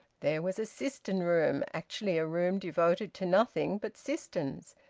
there was a cistern-room, actually a room devoted to nothing but cisterns,